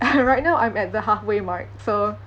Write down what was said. uh right now I'm at the halfway mark so